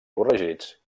corregits